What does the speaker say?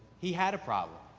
he had a problem.